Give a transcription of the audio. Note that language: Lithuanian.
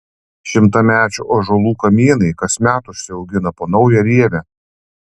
šimtamečių ąžuolų kamienai kasmet užsiaugina po naują rievę